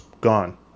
gone